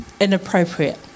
inappropriate